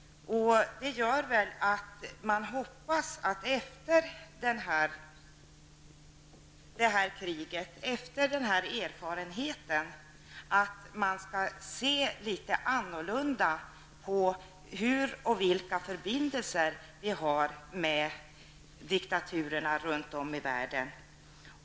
Jag hoppas att man efter dessa erfarenheter skall se litet annorlunda på vilka förbindelser vi har med diktaturerna runt om i världen.